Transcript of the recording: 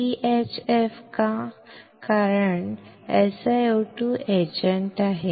BHF का कारण BHF SiO2 etchant आहे